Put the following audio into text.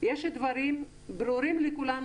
יש דברים ברורים לכולנו,